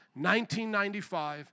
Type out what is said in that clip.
1995